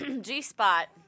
G-spot